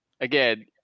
Again